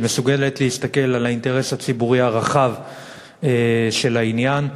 שמסוגלת להסתכל על האינטרס הציבורי הרחב של העניין,